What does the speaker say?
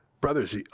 Brothers